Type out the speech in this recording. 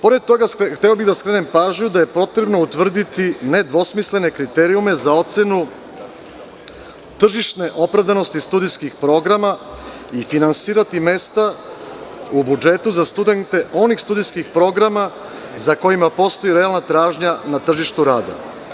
Pored toga, hteo bih da skrenem pažnju da je potrebno utvrditi nedvosmislene kriterijume za ocenu tržišne opravdanosti studijskih programa i finansirati mesta u budžetu za studente onih studijskih programa za kojima postoji tražnja na tržištu rada.